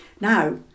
now